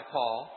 Paul